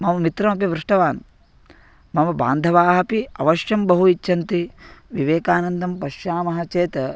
मम मित्रमपि पृष्टवान् मम बान्धवाः अपि अवश्यं बहु इच्छन्ति विवेकानन्दं पश्यामः चेत्